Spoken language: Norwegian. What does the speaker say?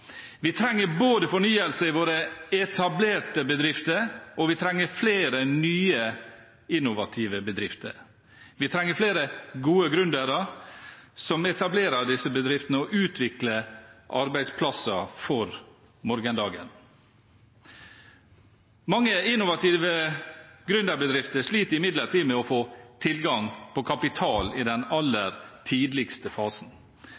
Vi trenger både fornyelse i våre etablerte bedrifter, og vi trenger flere nye innovative bedrifter. Vi trenger flere gode gründere som etablerer disse bedriftene og utvikler arbeidsplasser for morgendagen. Mange innovative gründerbedrifter sliter imidlertid med å få tilgang på kapital i den aller tidligste fasen.